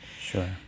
Sure